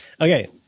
Okay